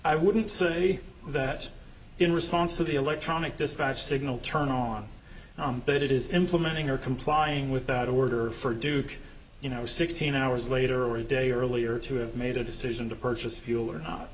i wouldn't say that in response to the electronic dispatch signal turn on but it is implementing or complying with that order for do you know sixteen hours later or a day earlier to have made a decision to purchase fuel or not